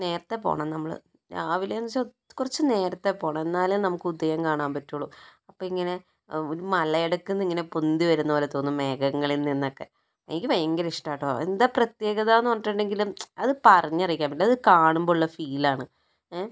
നേരത്തെ പോകണം നമ്മൾ രാവിലെയെന്ന് വെച്ചാൽ കുറച്ച് നേരത്തെ പോകണം എന്നാലേ നമുക്ക് ഉദയം കാണാൻ പറ്റുകയുള്ളൂ അപ്പോൾ ഇങ്ങനെ ഒരു മലയടുക്കുന്നിങ്ങനെ പൊന്തി വരുന്നതുപോലെ തോന്നും മേഘങ്ങളിൽ നിന്നൊക്കെ എനിക്ക് ഭയങ്കര ഇഷ്ടമാണ് കേട്ടോ എന്താ പ്രത്യേകതയെന്ന് പറഞ്ഞിട്ടുണ്ടെങ്കിലും അത് പറഞ്ഞ് അറിയിക്കാൻ പറ്റില്ല അത് കാണുമ്പോഴുള്ള ഫീലാണ് ഏഹ്